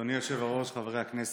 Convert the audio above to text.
אדוני היושב-ראש, חברי הכנסת,